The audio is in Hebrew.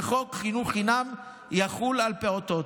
וחוק חינוך חינם יחול על פעוטות.